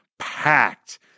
packed